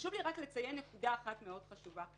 חשוב לי לציין נקודה אחת מאוד חשובה.